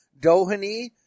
Doheny